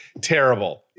terrible